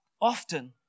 often